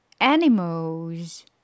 Animals